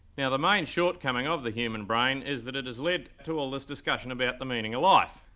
now the main shortcoming of the human brain is that it has led to all this discussion about the meaning of life,